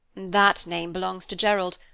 that name belongs to gerald.